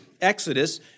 Exodus